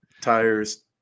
tires